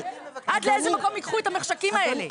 עד לאיזה מקום הם ייקחו את המחשכים האלה?